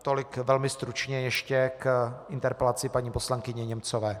Tolik velmi stručně ještě k interpelaci paní poslankyně Němcové.